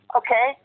okay